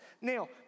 now